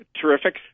terrific